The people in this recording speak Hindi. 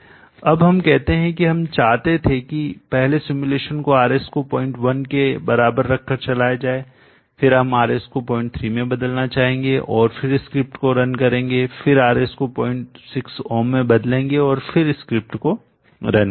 अब हम कहते हैं कि हम चाहते थे कि पहले सिमुलेशन को RS को 01 के बराबर रखकर चलाया जाए फिर हम RS को 03 में बदलना चाहेंगे और फिर स्क्रिप्ट को रन करेंगे फिर से RS को 06 ओम में बदलेंगे और फिर स्क्रिप्ट को रन करेंगे